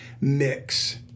mix